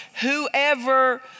Whoever